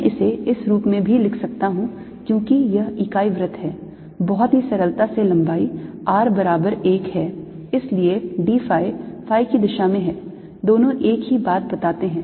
मैं इसे इस रूप में भी लिख सकता हूं क्योंकि यह इकाई वृत्त है बहुत ही सरलता से लंबाई r बराबर 1 है इसलिए d phi phi की दिशा में है दोनों एक ही बात बताते हैं